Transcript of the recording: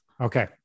Okay